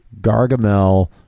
Gargamel